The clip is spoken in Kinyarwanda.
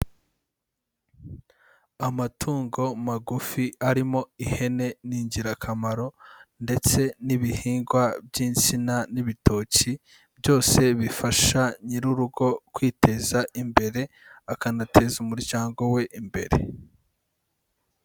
Amatungo magufi arimo ihene ni ingirakamaro ndetse n'ibihingwa by'insina n'ibitoki byose bifasha nyir'urugo kwiteza imbere, akanateza umuryango we imbere.